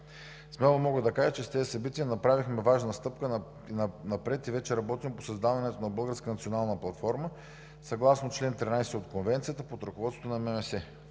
Смело мога да кажа, че с тези събития направихме важна стъпка напред и вече работим по създаването на българска национална платформа съгласно чл. 13 от Конвенцията под ръководството на ММС.